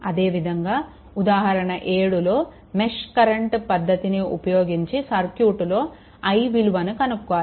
అదేవిధంగా ఉదాహరణ 7లో మెష్ కరెంట్ పద్ధతిని ఉపయోగించి సర్క్యూట్లో i విలువను కనుక్కోవాలి